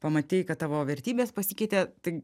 pamatei kad tavo vertybės pasikeitė tai